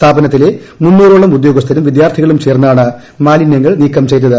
സ്ഥാപനത്തിലെ നൂറോളം ഉദ്യോഗസ്ഥരും വിദ്യാർത്ഥികളും ചേർന്നാണ് മാലിന്യങ്ങൾ നീക്കം ചെയ്തത്